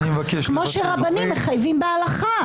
כמו שרבנים מחייבים בהלכה.